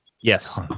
Yes